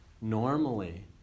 normally